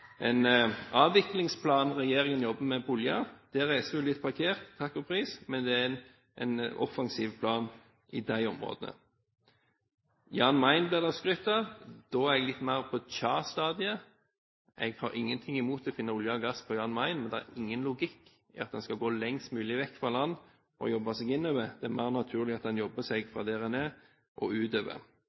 en avviklingsplan regjeringen jobber med når det gjelder olje – der er SV litt parkert, takk og pris – men det er en offensiv plan i disse områdene. Jan Mayen ble det skrytt av. Da er jeg litt mer på tja-stadiet. Jeg har ingenting imot å finne olje og gass på Jan Mayen, men det er ingen logikk i at en skal gå lengst mulig vekk fra land og jobbe seg innover. Det er mer naturlig at en jobber seg fra der en er, og utover.